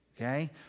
okay